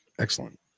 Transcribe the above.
excellent